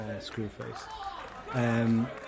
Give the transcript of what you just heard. Screwface